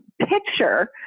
picture